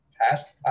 past